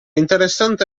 interessante